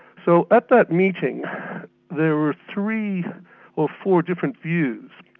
so at that meeting there were three or four different views.